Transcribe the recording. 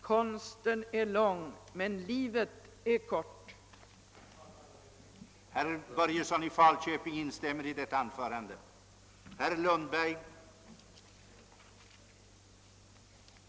Konsten är lång, men livet är kort!